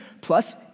plus